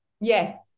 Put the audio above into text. Yes